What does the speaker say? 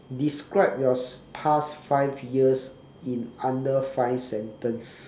describe your past five years in under five sentence